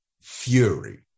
fury